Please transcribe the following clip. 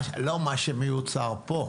לא על מה שמיוצר פה.